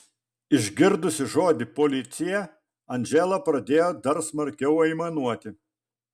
išgirdusi žodį policija andžela pradėjo dar smarkiau aimanuoti